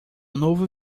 novo